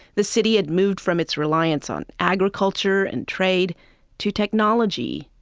the city had moved from its reliance on agriculture and trade to technology,